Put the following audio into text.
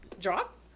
drop